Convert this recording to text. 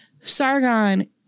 Sargon